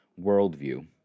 worldview